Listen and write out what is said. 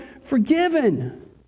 forgiven